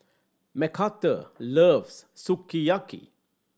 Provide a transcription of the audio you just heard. Macarthur loves Sukiyaki